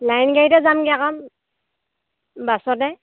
line গাড়ীতে যামগে আকৌ বাছতে